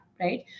right